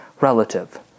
relative